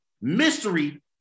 mystery